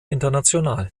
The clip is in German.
international